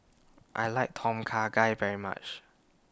I like Tom Kha Gai very much